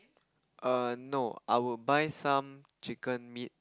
err no I would buy some chicken meat